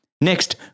Next